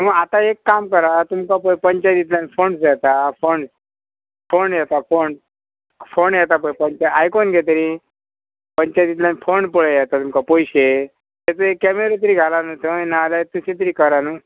आतां एक काम करा तुमकां पय पंचायतींतल्यान फण्ड्स येता फंड्स फंड येता फंड फंड येता पय पंचाय आयकोन घे तरी पंचायतींतल्यान फंड पळय येता तुमकां पयशे तेचो एक कॅमेरो तरी घाला न्हू थंय ना जाल्यार तशें तरी करा न्हू